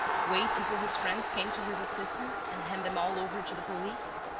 wait until his friends came to his assistance and hand them all over to the police?